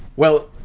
well,